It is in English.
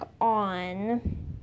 on